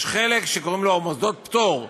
יש חלק שקוראים לו מוסדות פטור,